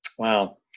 Wow